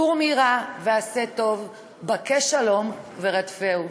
סור מרע ועשה טוב, בקש שלום ורדפהו.